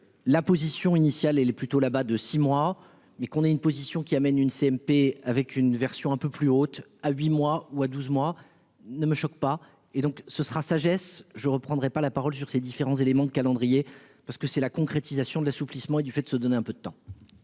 La position initiale et elle est plutôt là bas de 6 mois mais qu'on ait une position qui amène une CMP avec une version un peu plus haute. À huit mois ou à 12 mois, ne me choque pas et donc ce sera sagesse je reprendrai pas la parole sur ces différents éléments de calendrier parce que c'est la concrétisation de l'assouplissement et du fait de se donner un peu de temps.